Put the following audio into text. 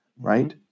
right